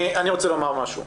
אני רוצה לומר משהו.